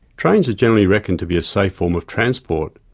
trains are generally reckoned to be a safe form of transport,